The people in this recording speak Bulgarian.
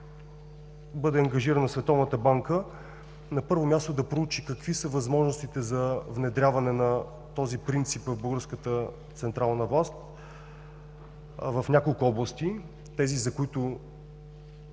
банка, на първо място, да проучи какви са възможностите за внедряване на този принцип в българската централна власт в няколко области, тези, за които